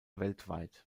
weltweit